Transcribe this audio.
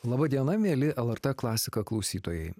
laba diena mieli lrt klasika klausytojai